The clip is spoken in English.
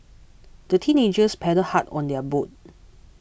the teenagers paddled hard on their boat